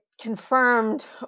confirmed